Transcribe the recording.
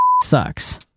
Sucks